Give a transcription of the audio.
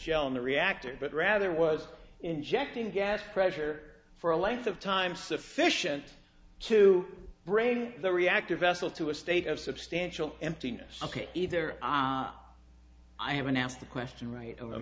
the reactor but rather was injecting gas pressure for a length of time sufficient to bring the reactor vessel to a state of substantial emptiness ok either i haven't asked the question right o